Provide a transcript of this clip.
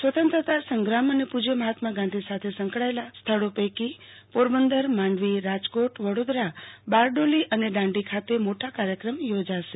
સ્વતંત્રતા સંગ્રામ અને પુજય મહાત્મા ગાંધી સાથે સંકળાયેલા સ્થળો પૈકી પોરબંદર માંડવી રાજકોટ વડોદરા બારડોલી અને દાંડી ખાતે મોટા કાર્યક્રમ યોજાશે